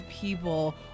people